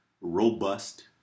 robust